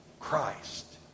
Christ